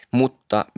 mutta